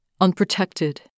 unprotected